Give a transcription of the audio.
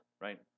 Right